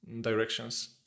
directions